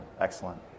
Excellent